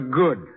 good